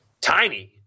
tiny